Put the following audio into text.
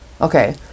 Okay